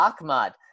Ahmad